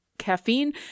caffeine